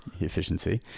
efficiency